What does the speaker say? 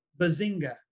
Bazinga